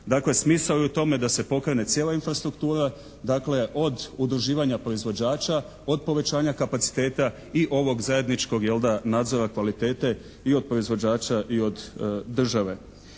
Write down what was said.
Dakle, smisao je u tome da se pokrene cijela infrastruktura, dakle od udruživanja proizvođača, od povećanja kapaciteta i ovog zajedničkog jel' da nadzora kvaliteta i od proizvođača i od države.